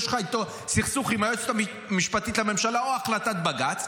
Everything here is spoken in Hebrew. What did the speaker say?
עם היועצת המשפטית לממשלה או עם החלטת בג"ץ,